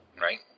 Right